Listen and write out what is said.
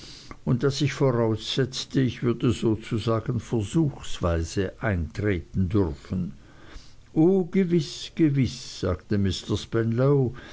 und daß ich voraussetzte ich würde sozusagen versuchsweise ein treten dürfen o gewiß gewiß sagte